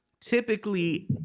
typically